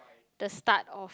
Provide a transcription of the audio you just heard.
the start of